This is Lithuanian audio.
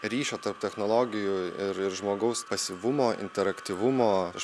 ryšio tarp technologijų ir ir žmogaus pasyvumo interaktyvumo aš